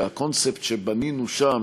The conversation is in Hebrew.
שהקונספט שבנינו שם,